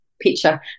picture